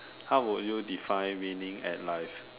how would you define meaning at life